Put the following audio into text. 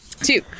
two